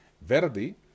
Verdi